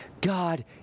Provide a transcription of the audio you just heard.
God